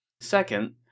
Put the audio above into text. Second